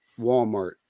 Walmart